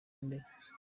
mbere